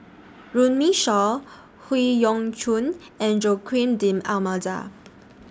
Runme Shaw Howe Yoon Chong and Joaquim D'almeida